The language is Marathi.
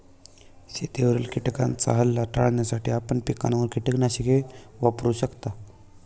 शेतावरील किटकांचा हल्ला टाळण्यासाठी आपण पिकांवर कीटकनाशके वापरू शकता